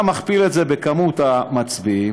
אתה מכפיל את זה במספר המצביעים,